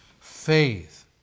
faith